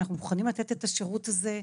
אנחנו מוכנים לתת את השירות הזה,